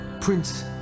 Prince